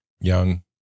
Young